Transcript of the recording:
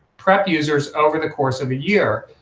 prep users over the course of a year.